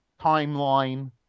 timeline